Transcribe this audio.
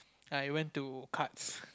I went to cards